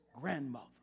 grandmother